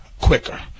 quicker